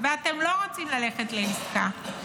ואתם לא רוצים ללכת לעסקה.